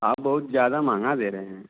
आप बहुत ज़्यादा महंगा दे रहे हैं